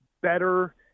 better